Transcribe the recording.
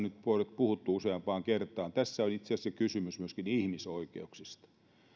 nyt puhuttu useampaan kertaan tässä on itse asiassa kysymys myöskin ihmisoikeuksista